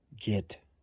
get